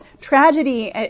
Tragedy